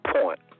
point